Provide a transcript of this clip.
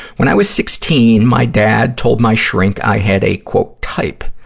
when i was sixteen, my dad told my shrink i had a type.